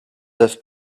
have